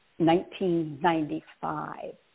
1995